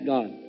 God